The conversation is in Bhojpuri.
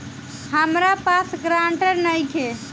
हमरा पास ग्रांटर नइखे?